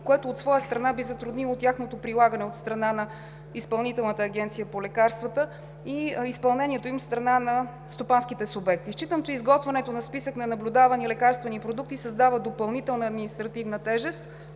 което от своя страна би затруднило тяхното прилагане от Изпълнителната агенция по лекарствата и изпълнението им от стопанските субекти. Считам, че изготвянето на списък на наблюдавани лекарствени продукти създава допълнителна административна тежест